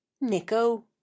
Nico